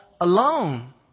alone